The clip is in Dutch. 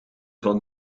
van